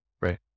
Right